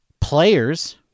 Players